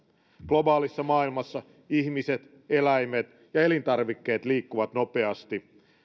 globaalissa maailmassa ihmiset eläimet ja elintarvikkeet liikkuvat nopeasti